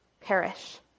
perish